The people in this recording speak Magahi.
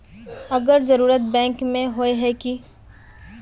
अगर जरूरत बैंक में होय है की?